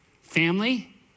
family